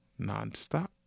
nonstop